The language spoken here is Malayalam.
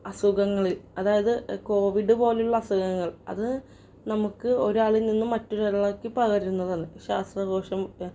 അസുഖങ്ങളിൽ അതാത് കോവിഡ് പോലെയുള്ള അസുഖങ്ങൾ അതു നമുക്ക് ഒരാളിൽ നിന്നും മറ്റൊരാളിലേക്ക് പകരുന്നതാണ് ശ്വാസകോശം യ